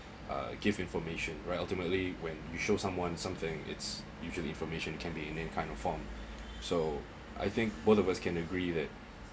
uh give information right ultimately when you show someone something it's usually information can be in any kind of form so I think both of us can agree that